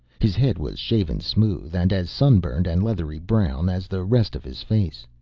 his head was shaven smooth and as sunburned and leathery brown as the rest of his face,